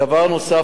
דבר נוסף,